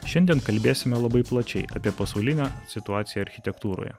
šiandien kalbėsime labai plačiai apie pasaulinę situaciją architektūroje